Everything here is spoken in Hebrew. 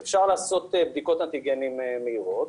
אפשר לעשות בדיקות אנטיגנים מהירות,